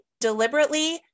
deliberately